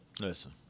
listen